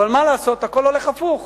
אבל מה לעשות, הכול הולך הפוך